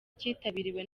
kitabiriwe